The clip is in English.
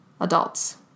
adults